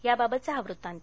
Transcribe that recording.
त्याबाबत हा वृत्तांत